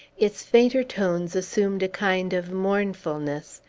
its fainter tones assumed a kind of mournfulness,